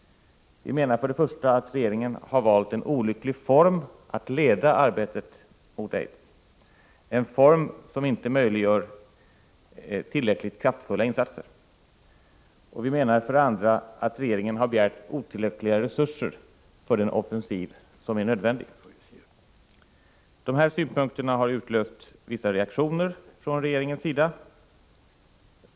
Vi menar för det första att regeringen har valt en olycklig form för att leda arbetet mot aids, en form som inte möjliggör tillräckligt kraftfulla insatser. Vi menar för det andra att regeringen har begärt otillräckliga resurser för den offensiv som är nödvändig. Dessa synpunkter har utlöst vissa reaktioner från regeringens sida.